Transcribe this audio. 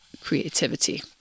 creativity